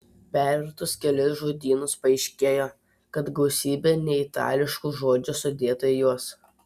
pervertus kelis žodynus paaiškėjo kad gausybė neitališkų žodžių sudėta į juos